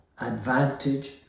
advantage